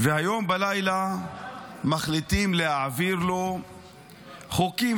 והיום בלילה מחליטים להעביר בשבילו חוקים